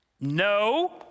no